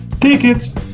Tickets